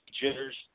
jitters